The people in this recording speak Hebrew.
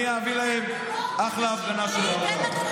אני אעביר להם, אחלה הפגנה שבעולם.